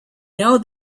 know